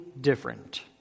different